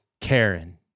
Karen